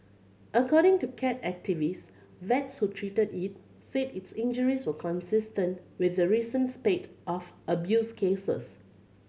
according to cat activist vets who treated it said its injuries were consistent with the recent spate of abuse cases